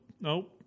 nope